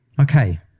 Okay